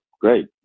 great